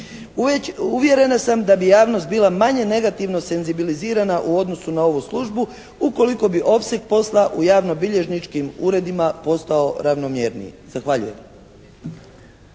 Uvjerena sam da bi javnost bila manje negativno senzibilizirana u odnosu na ovu službu ukoliko bi opseg posla u javnobilježničkim uredima postao ravnomjerniji. Zahvaljujem.